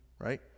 right